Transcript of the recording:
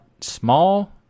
small